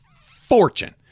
fortune